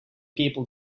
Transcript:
people